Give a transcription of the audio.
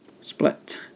split